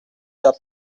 gap